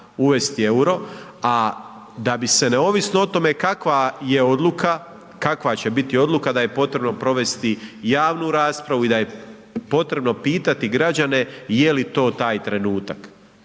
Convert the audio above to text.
uvesti euro a da bi se neovisno o tome kakva je odluka, kakva će biti odluka da je potrebno provesti javnu raspravu i da je potrebno pitati građane je li to taj trenutak.